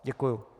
Děkuju.